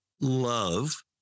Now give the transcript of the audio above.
love